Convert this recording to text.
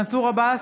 מנסור עבאס,